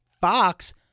Fox